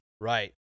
Right